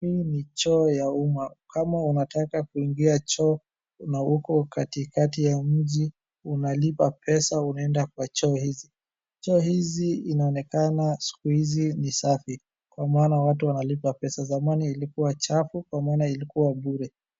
Hii ni choo ya umaa, kama unataka kuingia choo na uko katikati ya mji, unalipa pesa unaenda kwa choo hizi. Choo hizi inaonekana siku hizi ni safi, kwa maana watu wanalipa pesa, zamani ilikuwa chafu, kwa maana ilikuwa bure.